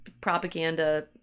propaganda